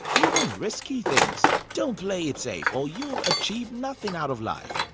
even risky things. don't play it safe or you'll achieve nothing out of life.